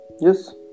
Yes